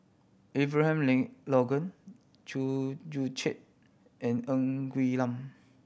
Abraham Logan Chew Joo Chiat and Ng Quee Lam